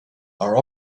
are